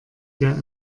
der